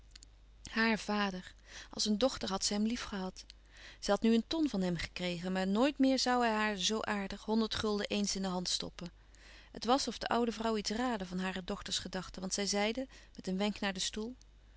haar vader als een dochter had ze hem liefgehad zij had nu een ton van hem gekregen maar nooit meer zoû hij haar zoo aardig honderd gulden eens in de hand stoppen het was of de oude vrouw iets raadde van hare dochters gedachten want zij zeide met een wenk naar den stoel